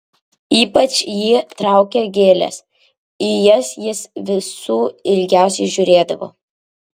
ypač jį traukė gėlės į jas jis visų ilgiausiai žiūrėdavo